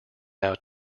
out